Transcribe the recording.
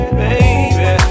baby